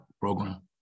program